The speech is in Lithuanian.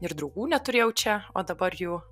ir draugų neturėjau čia o dabar jų